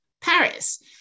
Paris